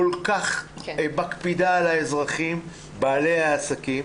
כל כך מקפידה על האזרחים בעלי העסקים,